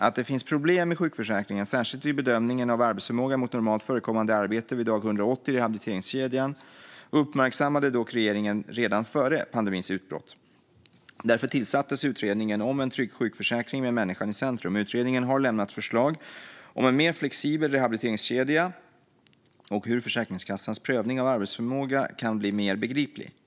Att det finns problem i sjukförsäkringen, särskilt vid bedömningen av arbetsförmågan mot normalt förekommande arbete vid dag 180 i rehabiliteringskedjan, uppmärksammade dock regeringen redan före pandemins utbrott. Därför tillsattes utredningen om en trygg sjukförsäkring med människan i centrum. Utredningen har lämnat förslag om en mer flexibel rehabiliteringskedja och om hur Försäkringskassans prövning av arbetsförmåga kan bli mer begriplig.